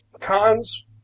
Cons